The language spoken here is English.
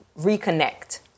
reconnect